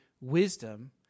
wisdom